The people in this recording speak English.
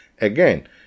again